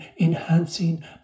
enhancing